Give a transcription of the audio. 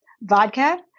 vodka